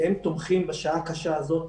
שתומכים בשעה הקשה הזאת